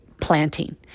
planting